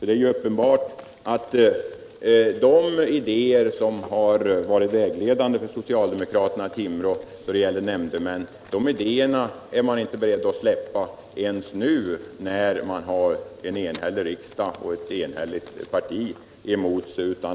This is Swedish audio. Det är ju uppenbart att de idéer som har varit vägledande för socialdemokraterna i Timrå då det gäller val av nämndemän är man inte beredd att släppa ens nu, trots att man har en enhällig riksdag och ett enhälligt parti emot sig.